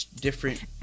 different